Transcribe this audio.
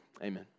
Amen